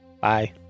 Bye